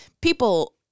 people